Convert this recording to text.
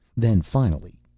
then, finally,